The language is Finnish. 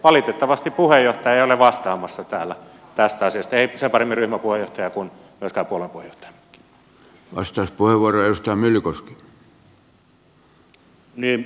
valitettavasti puheenjohtaja ei ole vastaamassa täällä tästä asiasta ei sen paremmin ryhmäpuheenjohtaja kuin myöskään puolueen puheenjohtaja